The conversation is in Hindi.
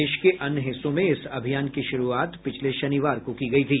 देश के अन्य हिस्सों में इस अभियान की शुरूआत पिछले शनिवार को हुई थी